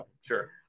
Sure